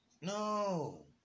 No